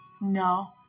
No